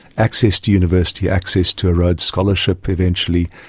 access to university, access to a rhodes scholarship eventually.